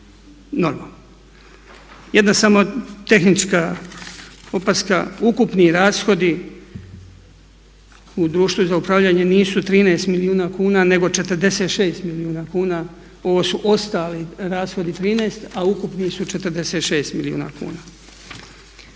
normalno. Jedna samo tehnička opaska. Ukupni rashodi u Društvu za upravljanje nisu 13 milijuna kuna, nego 46 milijuna kuna. Ovo su ostali rashodi 13, a ukupni su 46 milijuna kuna.